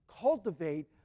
cultivate